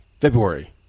February